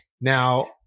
Now